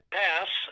pass